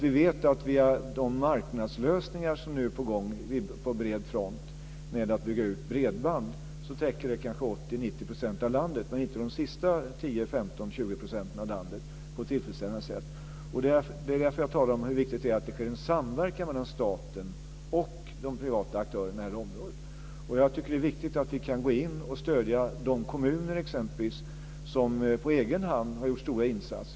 Vi vet att de marknadslösningar som nu är på gång på bred front när det gäller att bygga ut bredband täcker kanske 80-90 % av landet, men inte de sista 10, 15, 20 % av landet på ett tillfredsställande sätt. Det är därför jag talar om hur viktigt det är att det sker en samverkan mellan staten och de privata aktörerna på det här området. Jag tycker att det är viktigt att vi kan stödja exempelvis de kommuner som på egen hand har gjort stora insatser.